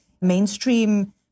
mainstream